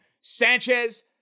Sanchez